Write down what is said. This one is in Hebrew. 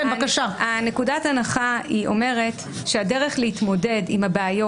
נקודת ההנחה אומרת שהדרך להתמודד עם הבעיות